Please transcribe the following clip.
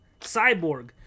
Cyborg